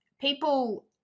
people